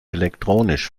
elektronisch